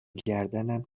گردنم